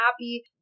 happy